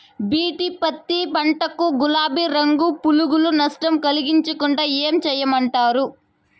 BT పత్తి పంట కు, గులాబీ రంగు పులుగులు నష్టం కలిగించకుండా ఏం చేయమంటారు?